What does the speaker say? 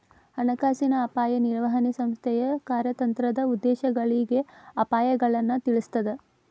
ಹಣಕಾಸಿನ ಅಪಾಯ ನಿರ್ವಹಣೆ ಸಂಸ್ಥೆಯ ಕಾರ್ಯತಂತ್ರದ ಉದ್ದೇಶಗಳಿಗೆ ಅಪಾಯಗಳನ್ನ ತಿಳಿಸ್ತದ